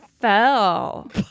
fell